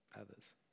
others